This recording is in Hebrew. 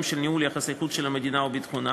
של ניהול יחסי החוץ של המדינה או ביטחונה.